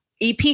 ep